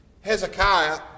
Hezekiah